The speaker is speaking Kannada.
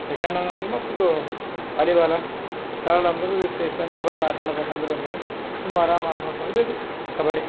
ಸೆಕೆಂಡ್ ಒನ್ ಅಂದ್ರೆ ಮತ್ತು ಇದು ವಾಲಿಬಾಲ ತರ್ಡ್ ಅಂದ್ರೆ ಇದು ಎಷ್ಟೊಂದು ಚಲೋ ಆಟಾಡ್ಬೇಕು ಅಂದ್ರೆ ಅಂದ್ರೆ ಸುಮ್ ಆರಾಮ್ ಆಡ್ಬೇಕು ಅಂದ್ರೆ ಇದು ಕಬಡ್ಡಿ